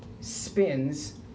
spins